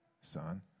son